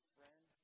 Friend